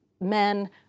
men